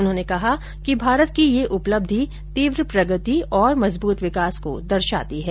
उन्होंने कहा कि भारत की यह उपलब्धि तीव्र प्रगति और मजबूत विकास को दर्शाती है